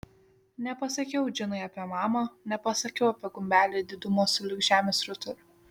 nepasakiau džinai apie mamą nepasakiau apie gumbelį didumo sulig žemės rutuliu